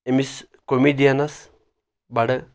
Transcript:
أمِس کومِڈیَنَس بَڑٕ